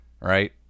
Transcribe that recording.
right